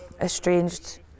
estranged